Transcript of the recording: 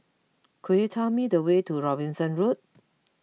could you tell me the way to Robinson Road